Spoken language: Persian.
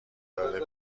داره